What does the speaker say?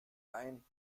ein